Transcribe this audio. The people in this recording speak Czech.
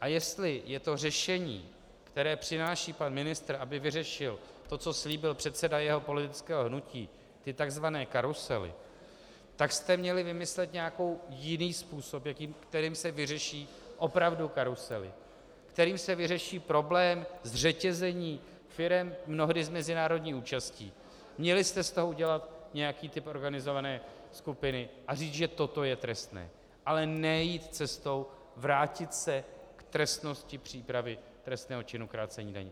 a jestli je to řešení, které přináší pan ministr, aby vyřešil to, co slíbil předseda jeho politického hnutí, ty tzv. karusely, tak jste měli vymyslet nějaký jiný způsob, kterým se vyřeší opravdu karusely, kterým se vyřeší problém zřetězení firem mnohdy s mezinárodní účastí, měli jste z toho udělat nějaký typ organizované skupiny a říct, že toto je trestné, ale ne jít cestou vrátit se k trestnosti přípravy trestného činu krácení daně.